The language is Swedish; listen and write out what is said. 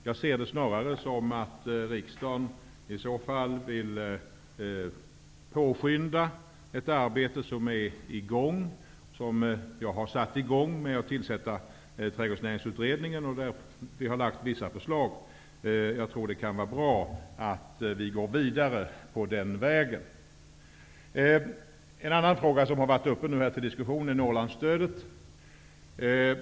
Jag ser det snarare som om riksdagen i så fall vill påskynda ett arbete som jag redan kommit i gång med genom att tillsätta Trädgårdsnäringsutredningen. Det har lagts fram vissa förslag. Jag tror det kan vara bra att gå vidare på den vägen. En annan fråga som varit uppe till diskussion är Norrlandsstödet.